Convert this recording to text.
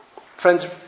Friends